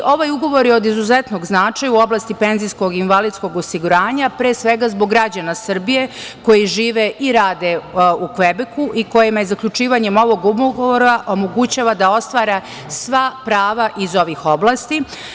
Ovaj ugovor je od izuzetnog značaja u oblasti penzijskog i invalidskog osiguranja, pre svega zbog građana Srbije koji žive i rade u Kvebeku i kojima zaključivanje ovog ugovora omogućava da ostvare sva prava iz ovih oblasti.